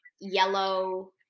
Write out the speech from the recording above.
yellow